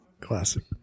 classic